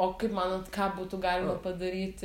o kaip manot ką būtų galima padaryti